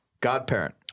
godparent